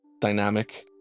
dynamic